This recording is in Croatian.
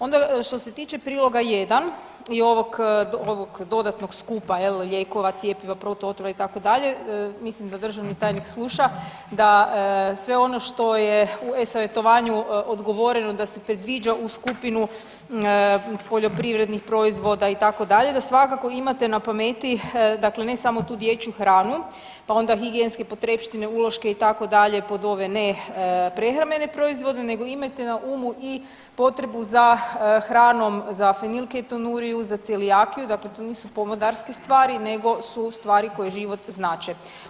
Onda što se tiče Priloga 1 i ovog dodatnog skupa je li, lijekova, cjepiva, protuotrova, itd., mislim da državni tajnik sluša, da sve ono što je u e-Savjetovanju odgovoreno, da se predviđa u skupinu poljoprivrednih proizvoda, itd., da svakako imate na pameti, dakle ne samo tu dječju hranu pa onda higijenske potrepštine, uloške, itd., pod ove neprehrambene proizvode nego imajte na umu i potrebu za hranom za fenilketonuriju, za celijakiju, dakle to nisu pomodarske stvari, nego su stvari koje život znače.